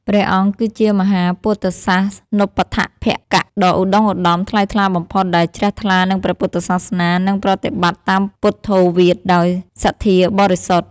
ព្រះអង្គគឺជាមហាពុទ្ធសាសនូបត្ថម្ភកៈដ៏ឧត្ដុង្គឧត្ដមថ្លៃថ្លាបំផុត ដែលជ្រះថ្លានឹងព្រះពុទ្ធសាសនា និងប្រតិបត្តិតាមពុទ្ធោវាទដោយសន្ធាបរិសុទ្ធ។